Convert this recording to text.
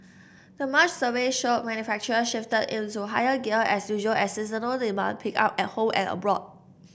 the March survey showed manufacturer shifted into higher gear as usual as seasonal demand picked up at home and abroad